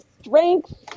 Strength